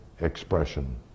expression